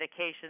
medications